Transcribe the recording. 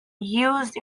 used